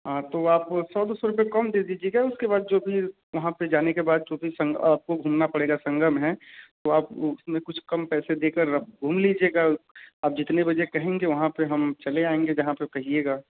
हाँ तो आप सौ दो सौ रूपये कम दे दीजिएगा उसके बाद फिर वहाँ पर जाने के बाद क्योंकि संगम अपपकों घूमना पड़ेगा संगम है तो आप उसमें कुछ कम पैसे कम देकर घूम लीजिएगा आप जितने बजे कहेंगे वहाँ पर हम चले आएँगे जहाँ पर कहिएगा